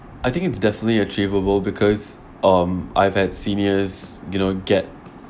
I think it's definitely achievable because um I've had seniors you know get